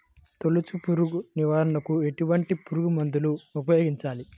తొలుచు పురుగు నివారణకు ఎటువంటి పురుగుమందులు ఉపయోగించాలి?